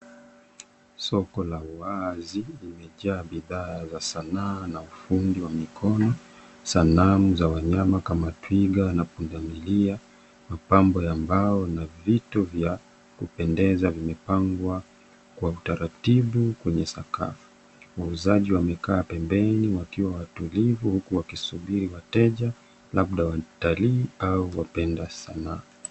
Soko la azi limejaa bidhaa za sanaa na ufundi wa mikono, sanamu za wanyama kama twiga na pundamilia, mapambo ya mbao na vitu vya kupendeza vimepangwa kwa utaratibu kwenye sakafu. Wauzaji wamekaa pembeni wakiwa watulivu huku wakisubiri wateja labda watalii au wapenda sanaa.